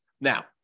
Now